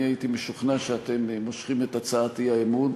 אני הייתי משוכנע שאתם מושכים את הצעת האי-אמון,